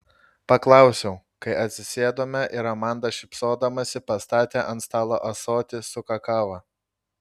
paklausiau kai atsisėdome ir amanda šypsodamasi pastatė ant stalo ąsotį su kakava